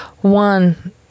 one